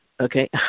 okay